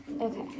Okay